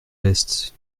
l’est